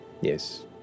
Yes